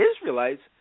Israelites